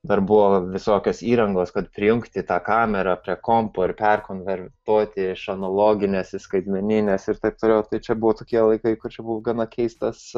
dar buvo visokios įrangos kad prijungti tą kamerą prie kompo ir perkonvertuoti iš analoginės į skaitmenines ir taip toliau tai čia buvo tokie laikai kad čia buvo gana keistas